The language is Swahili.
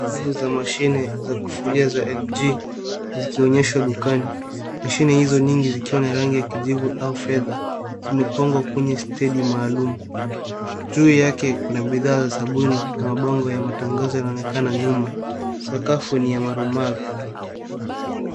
Safu za mashine za kufulia za LG zikionyeshwa dukani. Mashine izo nyingi zikwa na rangi ya kijivu au fedha zimepangwa kwenye stendi maalum. Juu yake kuna bidhaa za sabuni na mabango ya matangazo yanaonekana nyuma. Sakafu ni ya maru maru.